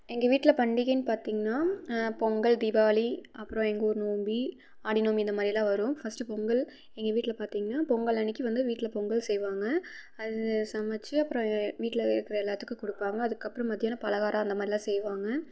எங்கள் வீட்டில் பண்டிகைன்னு பார்த்திங்னா பொங்கல் தீபாவளி அப்புறம் எங்கள் ஊர் நோம்பு ஆடி நோம்பு இந்த மாதிரியெல்லாம் வரும் ஃபஸ்ட்டு பொங்கல் எங்கள் வீட்டில் பார்த்திங்னா பொங்கல் அன்னிக்கு வந்து வீட்டில் பொங்கல் செய்வாங்க அது சமைச்சு அப்புறம் வீட்டில் இருக்கிற எல்லாத்துக்கும் கொடுப்பாங்க அதுக்கப்புறம் மத்தியானம் பலகாரம் அந்த மாதிரிலாம் செய்வாங்க